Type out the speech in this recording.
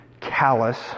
callous